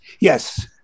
Yes